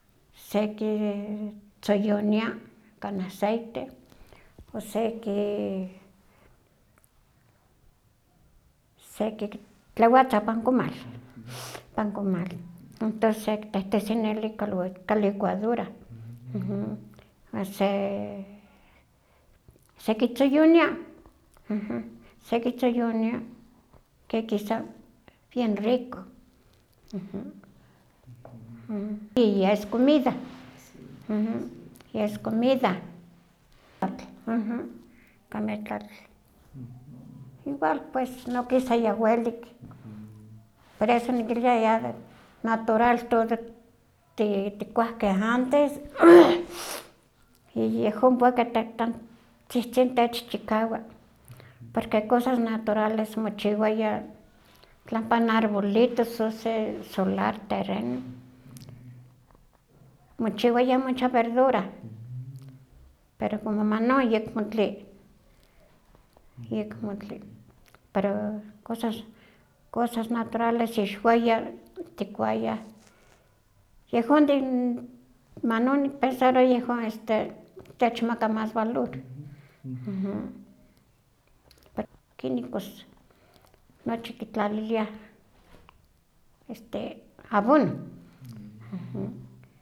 Seki tzoyonia ika n aceite o seki seki tlewatza pan komal, pan komal, entos sekitehtesi neli ka licua- ka licuadora, wan se sekitzoyonia, sekitzoyonia ke kisa bien rico, y es comida, es comida, ka metlatl, igual pues no kisa ya welik, por eso nikilia ya de natural todo tikuahkeh antes y yehon pue ke tan- tzihtzin techchikawa, porque cosas naturales mochiwaya, tla pan arbolitos o se solar terreno, mochiwaya mucha verdura, pero como manon ayakmo tle, yakmo tle, pero cosas naturales ixwaya, tikuaya yehon de manon, manon nikpensarowa yehon este techmaka mas valor, per químicos nochi kitlaliliah este abono.